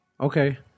okay